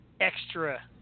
extra